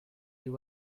you